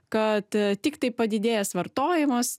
kad tiktai padidėjęs vartojimas